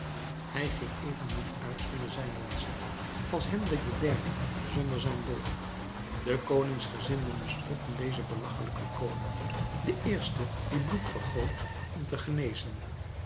hij ging evenmin uit zonder zijn lancet als hendrik iii zonder zijn dolk de koningsgezinden bespotten dezen belachelijken koning den eerste die bloed vergoot om te genezen